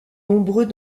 nombreux